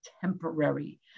temporary